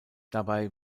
dabei